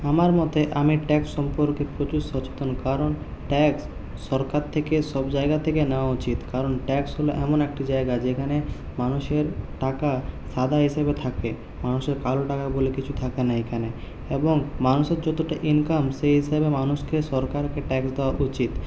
আমার মতে আমি ট্যাক্স সম্পর্কে প্রচুর সচেতন কারণ ট্যাক্স সরকার থেকে সব জায়গা থেকে নেওয়া উচিত কারণ ট্যাক্স হল এমন একটা জায়গা যেখানে মানুষের টাকা সাদা হিসেবে থাকে মানুষের কালো টাকা বলে কিছু থাকে না এখানে এবং মানুষের যতটা ইনকাম সেই হিসেবে মানুষকে সরকারকে ট্যাক্স দেওয়া উচিত